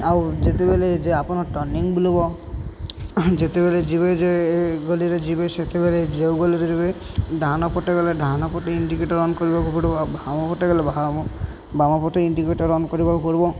ଆଉ ଯେତେବେଳେ ଯେ ଆପଣ ଟର୍ଣ୍ଣିଂଗ୍ ବୁଲିବ ଯେତେବେଳେ ଯିବେ ଯେ ଗଳିରେ ଯିବେ ସେତେବେଳେ ଯେଉଁ ଗଳିରେ ଯିବେ ଡାହାଣ ପଟେ ଗଲେ ଡାହାଣ ପଟେ ଇଣ୍ଡିକେଟର୍ ଅନ୍ କରିବାକୁ ପଡ଼ିବ ବାମ ପଟେ ଗଲେ ବାମ ବାମ ପଟେ ଇଣ୍ଡିକେଟର ଅନ୍ କରିବାକୁ ପଡ଼ିବ